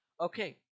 Okay